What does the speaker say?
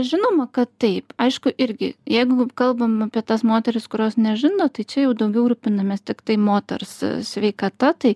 žinoma kad taip aišku irgi jeigu kalbam apie tas moteris kurios nežindo tai čia jau daugiau rūpinamės tiktai moters sveikata tai